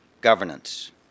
governance